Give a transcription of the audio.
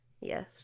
Yes